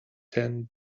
ten